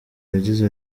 yagize